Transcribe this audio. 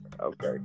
Okay